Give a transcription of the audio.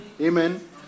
Amen